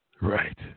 Right